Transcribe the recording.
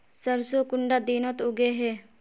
सरसों कुंडा दिनोत उगैहे?